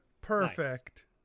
Perfect